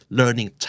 learning